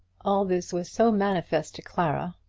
all this was so manifest to clara,